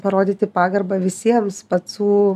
parodyti pagarbą visiems pacų